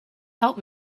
helped